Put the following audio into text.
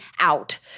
out